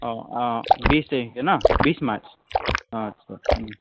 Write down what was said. অঁ অঁ বিছ তাৰিখে ন বিছ মাৰ্চ অঁ আচ্ছা